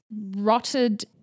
rotted